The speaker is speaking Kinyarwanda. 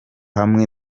hamwe